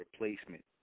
replacement